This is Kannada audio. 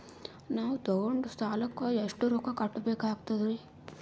ನಾವು ತೊಗೊಂಡ ಸಾಲಕ್ಕ ಎಷ್ಟು ರೊಕ್ಕ ಕಟ್ಟಬೇಕಾಗ್ತದ್ರೀ?